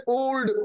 old